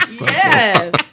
Yes